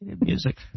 Music